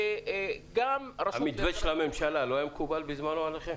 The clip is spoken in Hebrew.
שגם --- המתווה של הממשלה לא היה מקובל עליכם בזמנו?